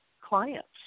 clients